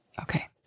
Okay